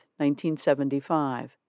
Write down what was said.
1975